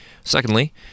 Secondly